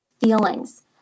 feelings